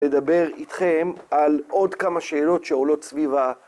לדבר איתכם על עוד כמה שאלות שעולות סביב